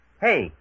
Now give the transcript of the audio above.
Hey